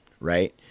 right